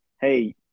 hey